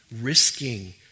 risking